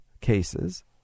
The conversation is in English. cases